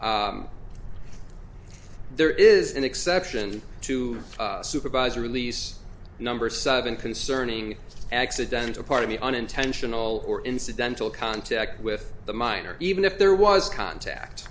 there is an exception to supervisor release number seven concerning accidental part of the unintentional or incidental contact with the minor even if there was contact